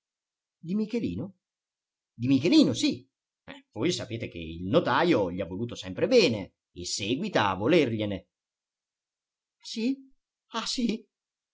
di michelino di michelino sì voi sapete che il notajo gli ha voluto sempre bene e seguita a volergliene sì ah sì